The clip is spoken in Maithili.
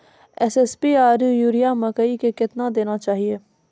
एस.एस.पी आरु यूरिया मकई मे कितना देना चाहिए?